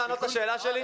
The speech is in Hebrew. בבקשה?